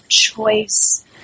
choice